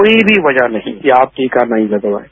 कोई भी वजह नही कि आप टीका नहीं लगवाये